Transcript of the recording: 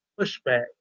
pushback